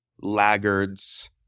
laggards